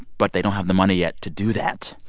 but they don't have the money yet to do that.